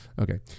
Okay